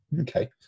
Okay